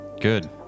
Good